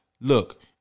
look